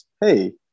hey